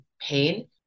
pain